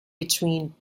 between